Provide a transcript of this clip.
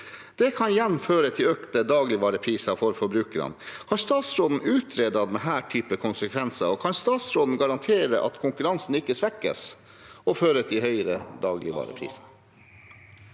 Det kan igjen føre til økte dagligvarepriser for forbrukerne. Har statsråden utredet denne typen konsekvenser, og kan statsråden garantere at konkurransen ikke svekkes slik at det fører til høyere dagligvarepriser?